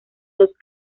los